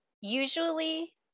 Usually